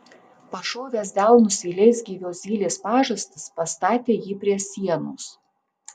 pašovęs delnus į leisgyvio zylės pažastis pastatė jį prie sienos